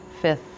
fifth